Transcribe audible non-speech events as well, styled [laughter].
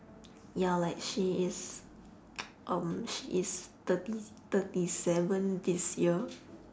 ya like she is [noise] um she is thirty thirty seven this year